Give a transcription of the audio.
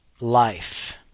life